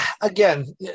again